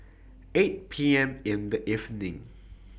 eight P M in The evening